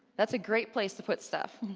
that's a great place to put stuff.